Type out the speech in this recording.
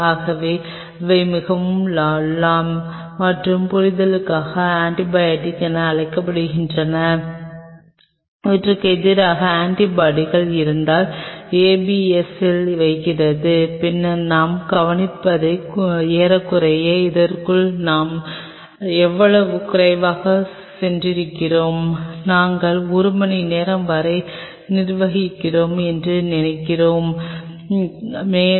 ஆகவே அவை மிகவும் லாம் மற்றும் புரிதலுக்காக ஆண்டிபயாடிக் என அழைக்கப்படுகின்றன இவற்றுக்கு எதிராக ஆன்டிபாடி இருந்தால் ABS ல் வைக்கிறது பின்னர் நாம் கவனித்தவை ஏறக்குறைய இதற்குள் தான் நாம் எவ்வளவு குறைவாக சென்றிருக்கிறோம் நாங்கள் 1 மணி நேரம் வரை நிர்வகிப்போம் என்று நினைக்கிறேன்